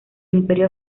imperio